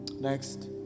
Next